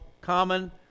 common